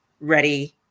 ready